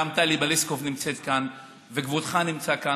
גם טלי פלוסקוב נמצאת כאן, וכבודך נמצא כאן.